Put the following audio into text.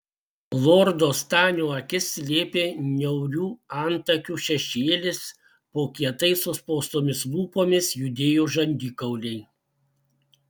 lordo stanio akis slėpė niaurių antakių šešėlis po kietai suspaustomis lūpomis judėjo žandikauliai